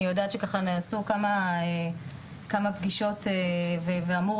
אני יודעת שנעשו כמה פגישות ואמור